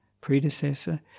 predecessor